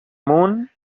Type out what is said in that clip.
moon